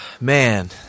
Man